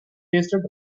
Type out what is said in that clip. tasted